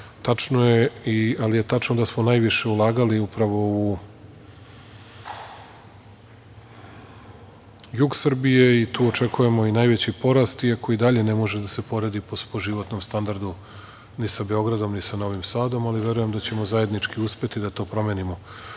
Tačno je, ali je tačno da smo najviše ulagali upravo u jug Srbije i tu očekujemo i najveći porast, iako i dalje ne može da se poredi po životnom standardu ni sa Beogradom, ni sa Novim Sadom, ali verujem da ćemo zajednički uspeti da to promenimo.